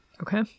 Okay